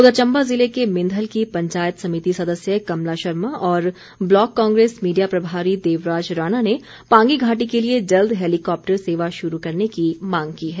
उधर चम्बा ज़िले के मिंधल की पंचायत समिति सदस्य कमला शर्मा और ब्लॉक कांग्रेस मीडिया प्रभारी देवराज राणा ने पांगी घाटी के लिए जल्द हैलीकॉप्टर सेवा शुरू करने की मांग की है